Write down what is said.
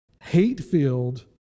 hate-filled